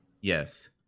Yes